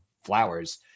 Flowers